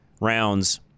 rounds